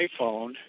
iPhone